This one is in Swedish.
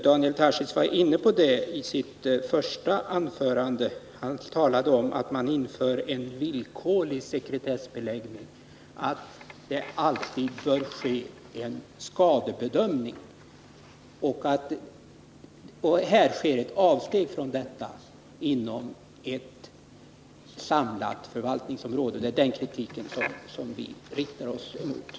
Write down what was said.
Daniel Tarschys var inne på det i sitt första anförande, då han talade om att man inför en villkorlig sekretessbeläggning och att det alltid bör göras en skadebedömning. Här sker ett avsteg från denna princip inom ett samlat förvaltningsområde, och det är detta vår kritik gäller.